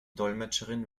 dolmetscherin